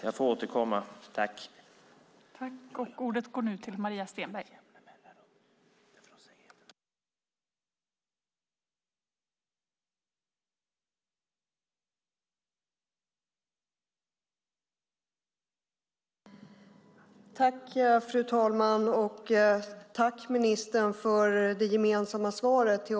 Jag får återkomma i nästa inlägg.